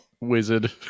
wizard